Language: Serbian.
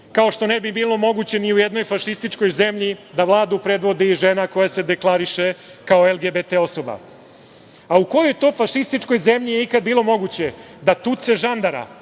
kao što ne bi bilo moguće ni u jednoj fašističkoj zemlji da Vladu predvodi žena koja se deklariše kao LGBT osoba.U kojoj to fašističkoj zemlji je ikada bilo moguće da tuce žandara